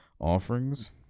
offerings